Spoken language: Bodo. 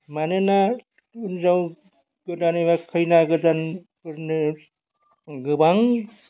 मानोना हिनजाव गोदान एबा खैना गोदानफोरनो गोबां